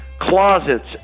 closets